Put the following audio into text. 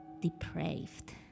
depraved